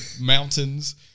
mountains